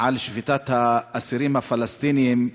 על שביתת האסירים הפלסטינים,